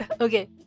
okay